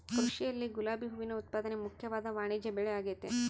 ಕೃಷಿಯಲ್ಲಿ ಗುಲಾಬಿ ಹೂವಿನ ಉತ್ಪಾದನೆ ಮುಖ್ಯವಾದ ವಾಣಿಜ್ಯಬೆಳೆಆಗೆತೆ